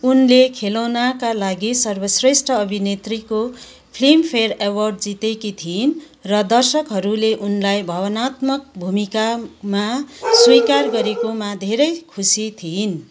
उनले खेलौनाका लागि सर्वश्रेष्ठ अभिनेत्रीको फिल्मफेयर अवार्ड जितेकी थिइन् र दर्शकहरूले उनलाई भावनात्मक भूमिकामा स्वीकार गरेकोमा धेरै खुसी थिइन्